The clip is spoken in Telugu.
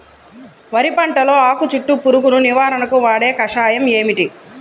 వరి పంటలో ఆకు చుట్టూ పురుగును నివారణకు వాడే కషాయం ఏమిటి?